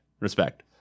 Respect